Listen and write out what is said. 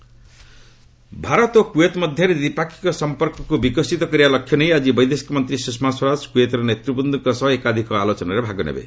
Swaraj Kuwait Bharat ଓ Kuwait ମଧ୍ୟରେ ଦ୍ୱିପାକ୍ଷିକ ସଂପର୍କକୁ ବିକଶିତ କରିବା ଲକ୍ଷ୍ୟ ନେଇ ଆଜି ବୈଦେଶିକ ମନ୍ତ୍ରୀ ସୁଷମା ସ୍ୱରାଜ କୁଏତର ନେତ୍ରବୃନ୍ଦଙ୍କ ସହ ଏକାଧିକ ଆଲୋଚନାରେ ଭାଗ ନେବେ